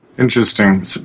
Interesting